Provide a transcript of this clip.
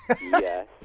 Yes